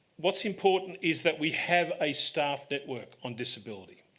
what is important is that we have a staff network on disability.